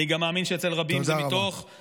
אני גם מאמין שאצל רבים זה מתוך, תודה רבה.